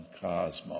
cosmos